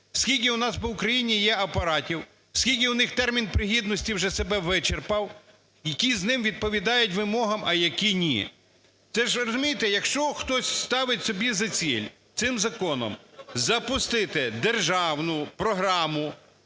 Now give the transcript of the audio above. скільки у нас по Україні є апаратів, скільки у них термін пригідності вже себе вичерпав, які з них відповідають вимогам, а які - ні. Це ж, розумієте, якщо хтось ставить собі за ціль цим законом запустити державну програму